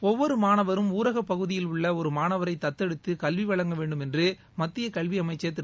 ஒவ்வொரு் மாணவரும் ஊரக பகுதியில் உள்ள ஒரு மாணவரை தத்தெடுத்து கல்வி வழங்க வேண்டும் என்று மத்திய கல்வி அமைச்சர் திரு